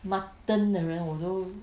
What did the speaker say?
mutton 的人我都